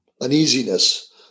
uneasiness